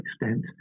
extent